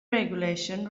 regulations